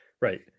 Right